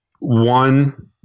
one